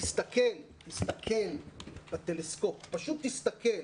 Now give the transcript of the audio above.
תסתכל לטלסקופ, פשוט תסתכל.